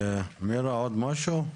מירה, עוד משהו?